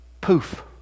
poof